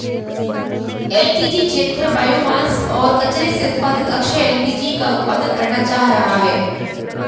LPG क्षेत्र biomass और कचरे से उत्पादित अक्षय एल.पी.जी का उत्पादन करना चाह रहा है